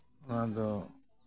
ᱱᱚᱣᱟᱫᱚ